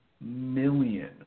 million